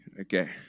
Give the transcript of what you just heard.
Okay